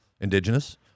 indigenous